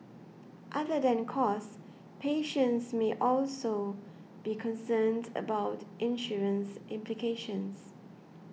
other than cost patients may also be concerned about insurance implications